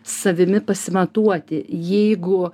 savimi pasimatuoti jeigu